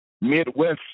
Midwest